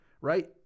right